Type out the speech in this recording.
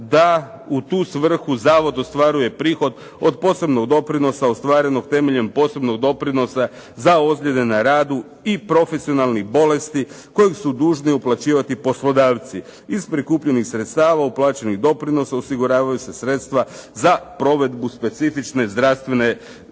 da u tu svrhu zavod ostvaruje prihod od posebnog doprinosa ostvarenog temeljem posebnog doprinosa za ozljede na radu i profesionalnih bolesti koje su dužni uplaćivati poslodavci. Iz prikupljenih sredstava uplaćenih doprinosa osiguravaju se sredstva za provedbu specifične zdravstvene zaštite